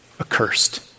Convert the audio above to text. Accursed